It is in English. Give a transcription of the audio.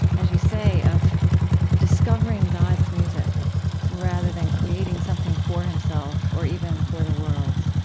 as you say, of discovering god's music rather than creating something for himself, or even for the world,